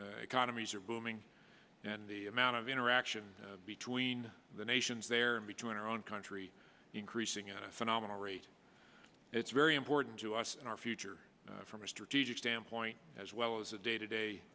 economies are booming and the amount of interaction between the nations there and between our own country increasing at a phenomenal rate it's very important to us and our future from a strategic standpoint as well as the day to